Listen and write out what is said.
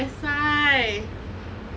that's why